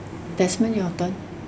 desmond your turn